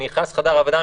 אני נכנס לחדר העבודה,